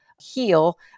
heal